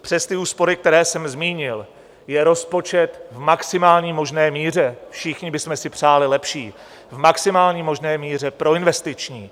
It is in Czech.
Přes ty úspory, které jsem zmínil, je rozpočet v maximální možné míře, všichni bychom si přáli lepší, v maximální možné míře proinvestiční.